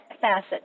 facet